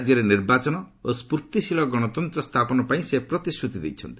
ରାଜ୍ୟରେ ନିର୍ବାଚନ ଓ ସ୍ୱର୍ତ୍ତୀଶୀଳ ଗଣତନ୍ତ ସ୍ଥାପନ ପାଇଁ ସେ ପ୍ରତିଶ୍ରତି ଦେଇଛନ୍ତି